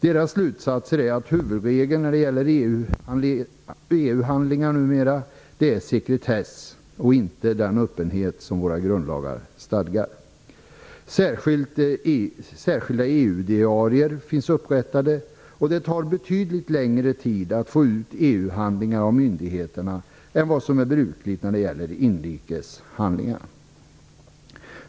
Deras slutsatser är att huvudregeln när det gäller EU-handlingar numera är sekretess och inte den öppenhet som våra grundlagar stadgar. Särskilda EU diarier finns upprättade, och det tar betydligt längre tid att få ut EU-handlingar från myndigheterna än vad som är brukligt när det gäller inrikes handlingar.